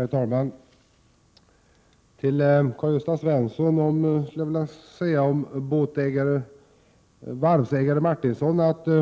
Herr talman! Till Karl-Gösta Svenson skulle jag när det gäller varvsägare Martinsson vilja säga